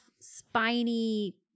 spiny